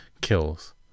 kills